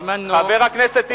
אתה הזמנת, חבר הכנסת טיבי.